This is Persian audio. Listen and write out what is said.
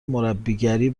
مربیگری